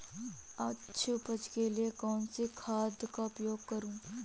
अच्छी उपज के लिए कौनसी खाद का उपयोग करूं?